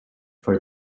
for